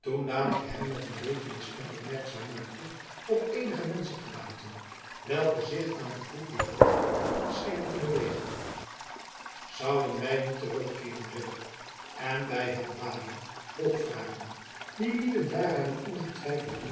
toen daamke hem met een bevende stem opmerkzaam maakte op eenige menschengedaanten welke zich aan den voet dier hoogte schenen te bewegen zouden wij niet terugkeeren ridder en bij helbada hulp vragen die lieden daar hebben ongetwijfeld niets